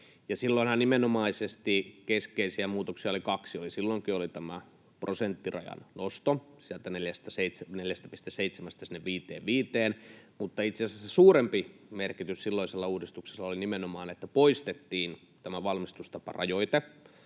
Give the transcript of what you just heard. silloinhan nimenomaisesti keskeisiä muutoksia oli kaksi: silloinkin oli tämä prosenttirajan nosto sieltä 4,7:stä sinne 5,5:een, mutta itse asiassa suurempi merkitys silloisessa uudistuksessa oli nimenomaan se, että poistettiin tämä valmistustaparajoite